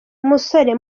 musore